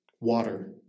water